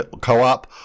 co-op